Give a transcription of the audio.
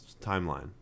timeline